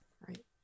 right